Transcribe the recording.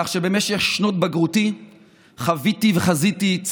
כך שבמשך שנות בגרותי חוויתי וחזיתי,